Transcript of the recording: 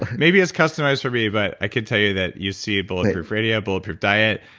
maybe it's customized for me, but i can tell you that you see bulletproof radio, bulletproof diet,